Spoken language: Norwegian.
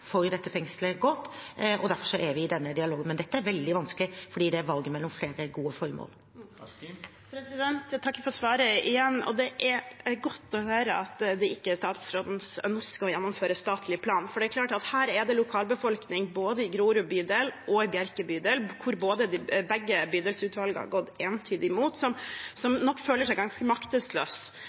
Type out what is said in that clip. for dette fengselet godt, og derfor er vi i den dialogen. Men dette er veldig vanskelig, for det er et valg mellom flere gode formål. Jeg takker igjen for svaret. Det er godt å høre at det ikke er statsrådens ønske å gjennomføre statlig plan, for her er det en lokalbefolkning i både Grorud bydel og Bjerke bydel – begge bydelsutvalgene har gått entydig imot – som nok føler seg ganske